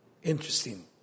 Interesting